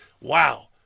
Wow